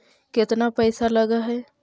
केतना पैसा लगय है?